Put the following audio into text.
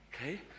Okay